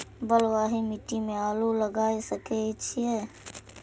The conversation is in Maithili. बलवाही मिट्टी में आलू लागय सके छीये?